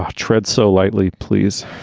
ah treads so lightly, please.